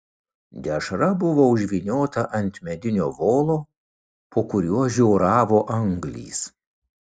dešra buvo užvyniota ant medinio volo po kuriuo žioravo anglys